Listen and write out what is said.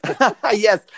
yes